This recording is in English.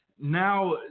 Now